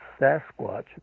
Sasquatch